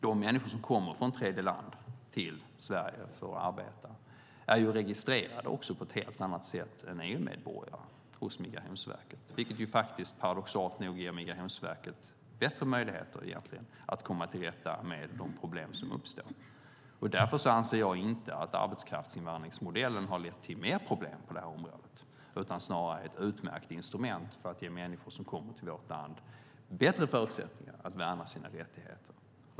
De människor som kommer från tredjeland till Sverige för att arbeta är registrerade hos Migrationsverket på ett helt annat sätt än EU-medborgare, vilket paradoxalt nog ger Migrationsverket bättre möjlighet att komma till rätta med de problem som uppstår. Därför anser jag inte att arbetskraftsinvandringsmodellen har lett till mer problem på detta område, utan den är snarare ett utmärkt instrument för att ge människor som kommer till vårt land bättre förutsättningar att värna sina rättigheter.